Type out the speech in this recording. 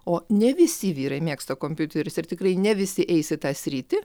o ne visi vyrai mėgsta kompiuterius ir tikrai ne visi eis į tą sritį